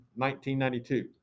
1992